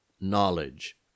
knowledge